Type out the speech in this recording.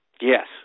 Yes